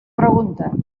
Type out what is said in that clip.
pregunta